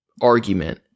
argument